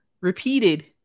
repeated